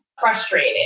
frustrated